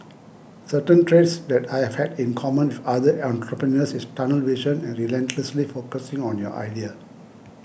certain traits that I have had in common with other entrepreneurs is tunnel vision and relentlessly focusing on your idea